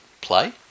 play